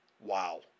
Wow